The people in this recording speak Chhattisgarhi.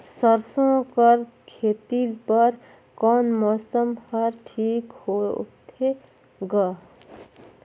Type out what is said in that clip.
सरसो कर खेती बर कोन मौसम हर ठीक होथे ग?